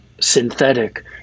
synthetic